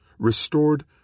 restored